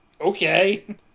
okay